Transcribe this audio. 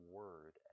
word